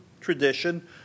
tradition